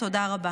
תודה רבה".